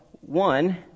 One